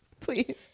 Please